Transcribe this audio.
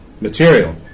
material